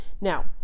Now